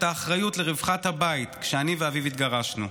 האחריות לרווחת הבית כשאני ואביו התגרשנו,